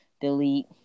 Delete